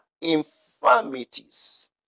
infirmities